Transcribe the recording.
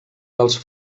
dels